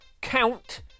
Count